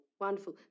wonderful